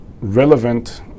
relevant